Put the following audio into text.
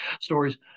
stories